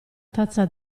tazza